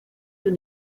you